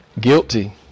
guilty